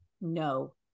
no